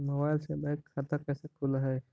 Mobile से bank खाता कैसे खुल है?